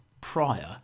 prior